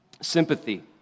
sympathy